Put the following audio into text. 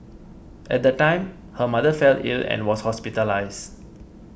at the time her mother fell ill and was hospitalised